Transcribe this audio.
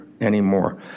anymore